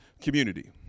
community